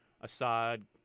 Assad